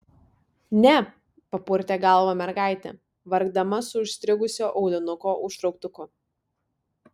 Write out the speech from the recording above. ne papurtė galvą mergaitė vargdama su užstrigusiu aulinuko užtrauktuku